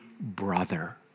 brother